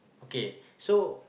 okay so